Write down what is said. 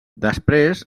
després